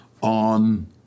on